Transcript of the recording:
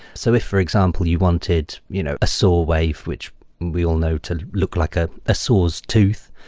so if, for example, you wanted you know a saw wave, which we all know to look like ah a saw's tooth,